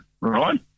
Right